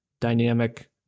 dynamic